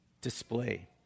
display